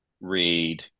read